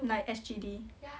like S_G_D